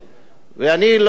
ואני לא פעם,